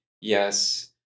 yes